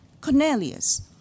Cornelius